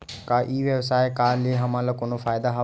का ई व्यवसाय का ले हमला कोनो फ़ायदा हवय?